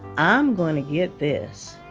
i'm going to get this.